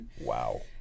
Wow